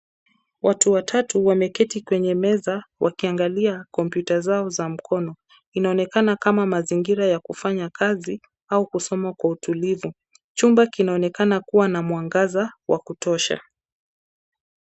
Watu watatu wameketi kwenye meza wakiangalia kompyuta zao za mkono. Inaonekana kama mazingira ya kufanya kazi au kusoma kwa utulivu. Chumba kinaonekana kuwa na mwangaza wa kutosha.